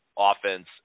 offense